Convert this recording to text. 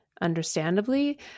understandably